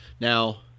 Now